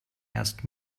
asked